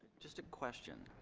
just a question